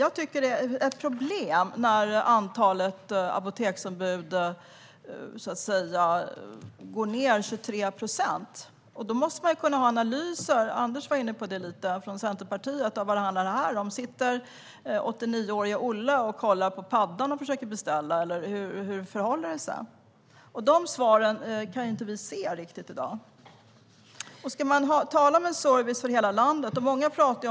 Jag tycker att det är ett problem när antalet apoteksombud minskar med 23 procent. Då måste man kunna göra analyser - vilket Anders W Jonsson från Centerpartiet var inne på - om vad det här handlar om. Sitter 89-årige Olle och kollar på paddan och försöker att beställa, eller hur förhåller det sig? Vi kan inte riktigt se de svaren i dag. Många pratar om landsbygden i dag, som en paroll.